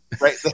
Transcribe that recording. Right